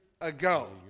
ago